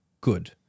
good